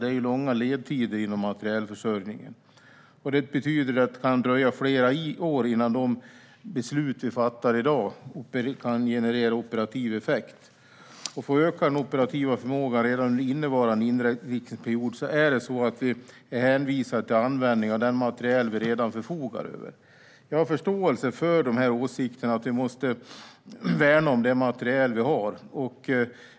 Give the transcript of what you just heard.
Det är långa ledtider inom materielförsörjningen, och det betyder att det kan dröja flera år innan de beslut vi fattar i dag kan generera operativ effekt. För att öka den operativa förmågan redan innevarande inriktningsperiod är vi hänvisade till användning av den materiel vi redan förfogar över. Jag har förståelse för åsikten att vi måste värna om den materiel vi har.